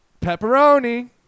Pepperoni